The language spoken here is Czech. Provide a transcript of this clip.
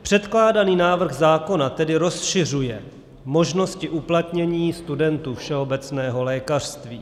Předkládaný návrh zákona tedy rozšiřuje možnosti uplatnění studentů všeobecného lékařství.